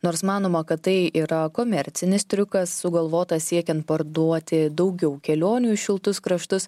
nors manoma kad tai yra komercinis triukas sugalvotas siekiant parduoti daugiau kelionių į šiltus kraštus